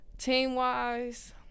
Team-wise